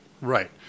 Right